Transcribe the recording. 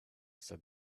said